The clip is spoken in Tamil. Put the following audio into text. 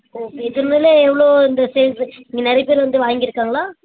ஓகே இது மாதிரி எவ்வளோ இந்த சேல்ஸு இங்கே நிறைய பேர் வந்து வாங்கி இருக்காங்களா